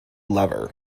lever